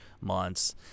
months